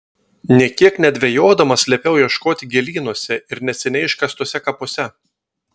nė kiek nedvejodamas liepiau ieškoti gėlynuose ir neseniai iškastuose kapuose